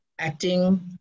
acting